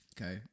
Okay